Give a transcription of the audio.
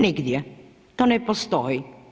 Nigdje, to ne postoji.